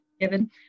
given